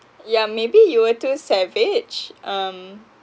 yeah maybe you were too savage um